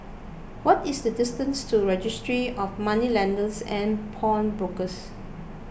what is the distance to Registry of Moneylenders and Pawnbrokers